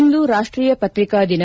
ಇಂದು ರಾಷ್ಷೀಯ ಪತ್ರಿಕಾ ದಿನ